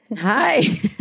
Hi